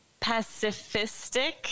pacifistic